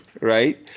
right